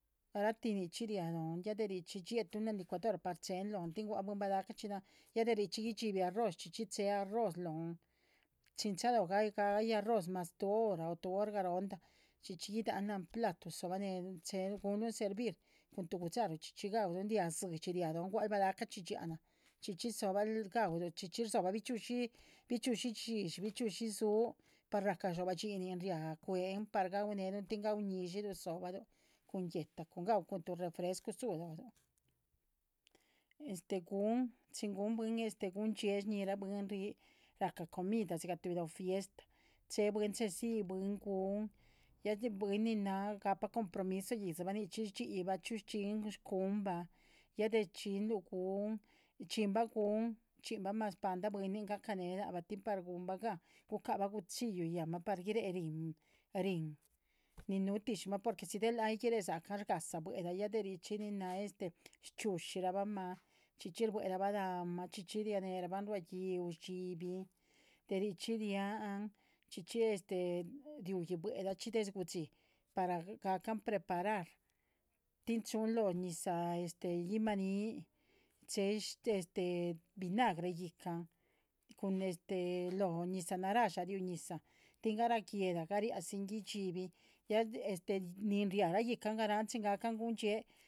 Garahti nichxi ri´a lóhn ya derichxi dxie´tun la´nh licuadora par che´hen lóhn tín gua´c balahcachxí na´hn ya derichxi gudxibi arroz chxíchxi che´he arroz lóhn. chin chalo ga´yi ga´yi arroz mas tuh hora o tuh hor garóoldah chxíchxi gi´dahan la´nh platu chel gu´nluhn servir cun tuh gu´dxaruh chxíchxi ga´uluh ria dzidxi. ria lóhn gua´l balahcachxí yanan chxíchxi dzo´bahl ga´uluh chxíchxi dzo´ba bichxi´ushi yishi bichxi´ushi su par ra´ca dxobah dhxínin ri´a cuen par ga´uneluhn tín ga´u. ñi´dxiluh dzo´bahluh cun guéhta cun ga´ulu cun tuh refresco dzu lóhluh, gun chin gun bwin gun ye shñihra bwin ri ra´ca comida dhxígah tuhbi lóh fiesta che bwin chedzi. bwin gun ya bwin nin náah gahpa compromiso yídziba nichxi dhxíyi chiu rdxiínn- gun ba ya de rdxiínnluh gun rdxiínnba gun dhxíyiba mas paldah bwinin ga´cane lahba. tin par gun´ma gan gu´caba gu´chxilli yáhnma par guiréh ríhin ríhin nin nuhu ti´shima porque si del lác han ayii guiréh sacan gáhsa bue´lah ya derichxi ninna. chiudxirabama chxíchxi buéhraba la´nhma chxíchxi rienerama ruá gi´uh dxibin derichxi ria´hn chxíchxi ri´u bue´lah chxi desde gu´yi tín ga´can preparar tín chun. lóh ñizah imani che´he vinagre ican cun lóh ñizah naraya riuñizan tín garaguela gariasin guidxibin ya nin riara ican ga´ran chin ga´can gun yie